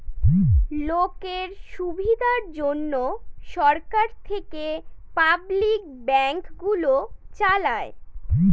লোকের সুবিধার জন্যে সরকার থেকে পাবলিক ব্যাঙ্ক গুলো চালায়